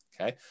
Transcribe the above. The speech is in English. Okay